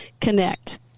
CONNECT